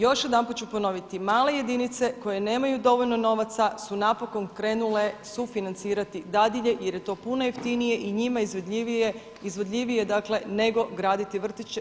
Još jedanput ću ponoviti, male jedinice koje nemaju dovoljno novaca su napokon krenule sufinancirati dadilje jer je to puno jeftinije i njima izvodljivije, dakle nego graditi vrtiće.